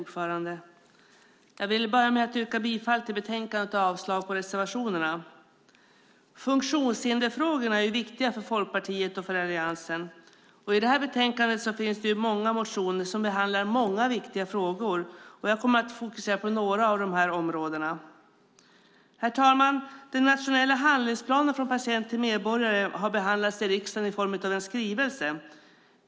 Herr talman! Jag vill börja med att yrka bifall till förslaget i betänkandet och avslag på reservationerna. Funktionshindersfrågorna är viktiga för Folkpartiet och för Alliansen. I detta betänkande finns många motioner som behandlar många viktiga frågor. Jag kommer att fokusera på några av dessa områden. Herr talman! Den nationella handlingsplanen Från patient till medborgare har behandlats i riksdagen i form av en skrivelse.